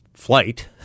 Flight